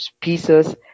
pieces